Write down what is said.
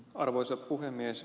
arvoisa puhemies